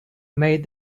made